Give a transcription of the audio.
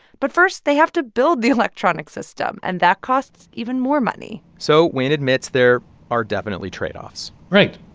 but first, they have to build the electronic system, and that costs even more money so wayne admits there are definitely trade-offs right,